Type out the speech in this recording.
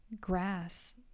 grass